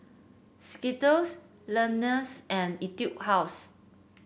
Skittles Lenas and Etude House